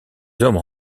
hommes